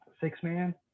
six-man